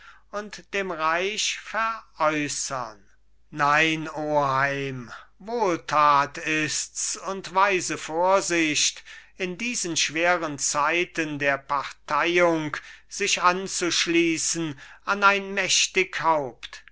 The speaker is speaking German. und dem reich veräussern nein oheim wohltat ist's und weise vorsicht in diesen schweren zeiten der parteiung sich anzuschliessen an ein